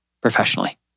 professionally